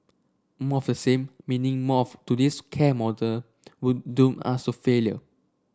more of the same meaning more of today's care model will doom us so failure